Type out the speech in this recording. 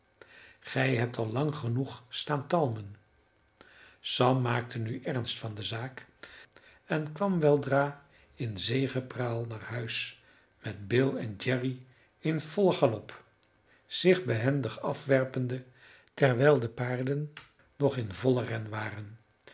gij hebt al lang genoeg staan talmen sam maakte nu ernst van de zaak en kwam weldra in zegepraal naar huis met bill en jerry in vollen galop zich behendig afwerpende terwijl de paarden nog in vollen ren waren